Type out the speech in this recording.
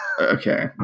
okay